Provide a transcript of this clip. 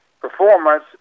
performance